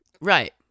Right